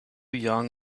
young